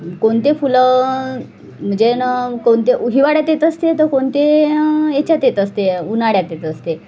कोणते फुलं म्हणजे न कोणते हिवाळ्यात येत असते तर कोणते याच्यात येत असते उन्हाळ्यात येत असते